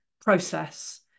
process